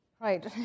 Right